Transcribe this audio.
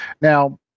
Now